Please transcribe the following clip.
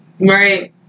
Right